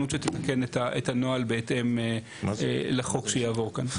שתתקן את הנוהל בהתאם לחוק שיעבור כאן.